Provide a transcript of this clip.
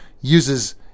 uses